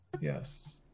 yes